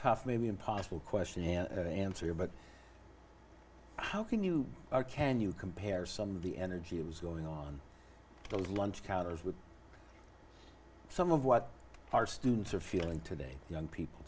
tough maybe impossible question and answer but how can you can you compare some of the energy it was going on to lunch counters with some of what our students are feeling today young people